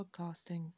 podcasting